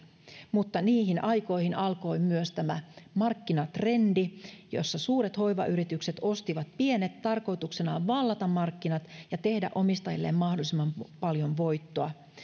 mutta niihin aikoihin alkoi myös tämä markkinatrendi jossa suuret hoivayritykset ostivat pienet tarkoituksenaan vallata markkinat ja tehdä omistajilleen mahdollisimman paljon voittoa